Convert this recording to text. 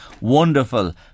Wonderful